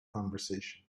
conversation